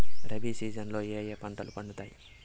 rabi season లో ఏ ఏ పంటలు పండుతాయి